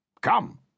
Come